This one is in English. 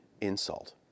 insult